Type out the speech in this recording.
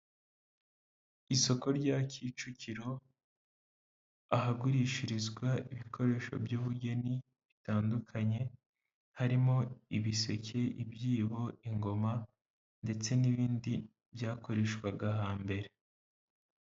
Isoko rya Kicukiro, ahagurishirizwa ibikoresho by'ubugeni bitandukanye, harimo ibiseke, ibyibo, ingoma ndetse n'ibindi byakoreshwaga hambere.